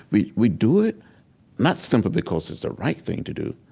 we we do it not simply because it's the right thing to do,